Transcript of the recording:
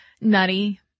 nutty